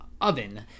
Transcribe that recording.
oven